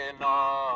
no